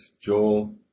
Joel